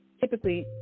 typically